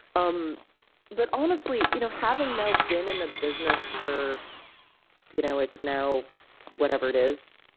um but, honestly, you know having now been in the business for you know it's now whatever it is,